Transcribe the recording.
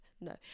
No